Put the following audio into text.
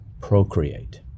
procreate